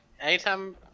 anytime